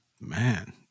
Man